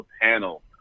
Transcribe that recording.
panel